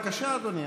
בבקשה, אדוני.